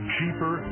Cheaper